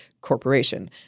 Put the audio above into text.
Corporation